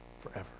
forever